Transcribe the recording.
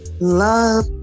Love